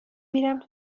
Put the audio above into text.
میرم